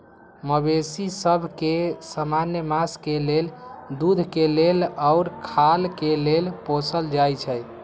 मवेशि सभ के समान्य मास के लेल, दूध के लेल आऽ खाल के लेल पोसल जाइ छइ